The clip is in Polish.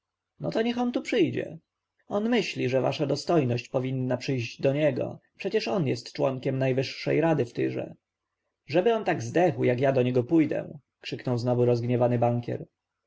no to niech on tu przyjdzie on myśli że wasza dostojność powinna przyjść do niego przecież on jest członkiem najwyższej rady w tyrze żeby on tak zdechł jak ja do niego pójdę krzyknął znowu rozgniewany bankier